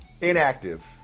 inactive